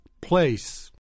place